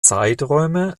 zeiträume